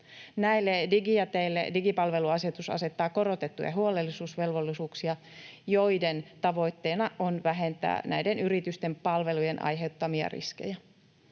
Näille digijäteille digipalveluasetus asettaa korotettuja huolellisuusvelvollisuuksia, joiden tavoitteena on vähentää näiden yritysten palvelujen aiheuttamia riskejä.